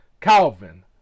Calvin